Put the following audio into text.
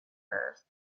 earth